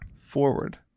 forward